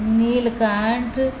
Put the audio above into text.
नीलकण्ठ